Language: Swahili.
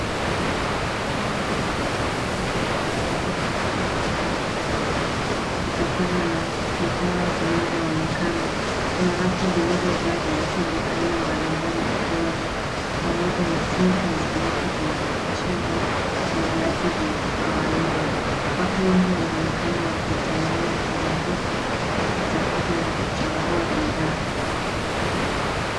Eneo la duka kubwa la rejareja labda duka la viatu, kutokana na bidhaa zinazoonekana. Kuna rafu zilizojaa viatu vya aina mbalimbali, ikiwa ni pamoja na sneakers , viatu vya mchezo, na viatu vya kawaida. Watu wengi wanaonekana wakitembea kwenye duka, wakitafuta na kuchagua bidhaa.